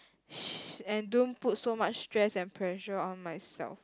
she and don't put so much stress and pressure on myself